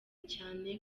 cyane